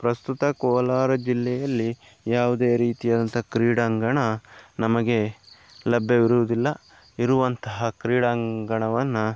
ಪ್ರಸ್ತುತ ಕೋಲಾರ ಜಿಲ್ಲೆಯಲ್ಲಿ ಯಾವುದೇ ರೀತಿ ಆದಂಥ ಕ್ರೀಡಾಂಗಣ ನಮಗೆ ಲಭ್ಯವಿರುವುದಿಲ್ಲ ಇರುವಂತಹ ಕ್ರೀಡಾಂಗಣವನ್ನು